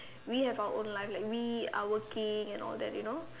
we have our own life like we are working and all that you know